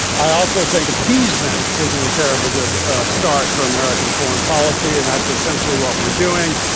i also think appeasement isn't a terribly good start for american foreign policy and that's essentially what we're doing.